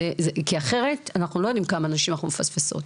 כי אחרת אנחנו לא יודעים כמה נשים אנחנו מפספסות.